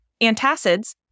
Antacids